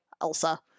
Elsa